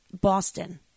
Boston